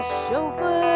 chauffeur